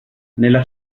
nella